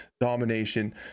domination